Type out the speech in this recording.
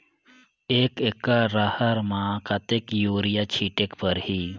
एक एकड रहर म कतेक युरिया छीटेक परही?